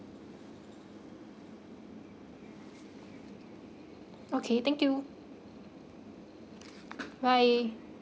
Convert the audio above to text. okay thank you bye